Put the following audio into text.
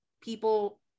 people